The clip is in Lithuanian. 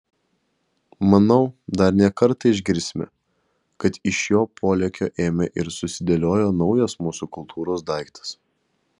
manau dar ne kartą išgirsime kad iš jo polėkio ėmė ir susidėliojo naujas mūsų kultūros daiktas